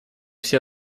все